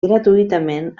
gratuïtament